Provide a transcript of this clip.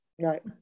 Right